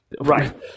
right